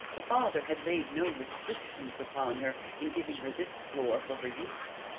the father had laid no restrictions upon her, in giving her this floor for her use.